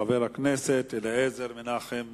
חבר הכנסת אליעזר מנחם מוזס,